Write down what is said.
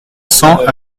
cent